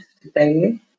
today